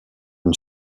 une